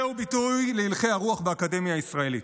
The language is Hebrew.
זהו ביטוי להלכי הרוח באקדמיה הישראלית.